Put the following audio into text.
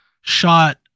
shot